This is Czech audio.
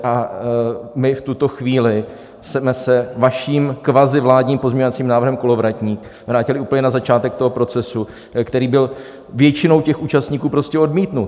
A my v tuto chvíli jsme se vaším kvazi vládním pozměňovacím návrhem Kolovratník vrátili úplně na začátek toho procesu, který byl většinou těch účastníků prostě odmítnut.